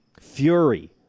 Fury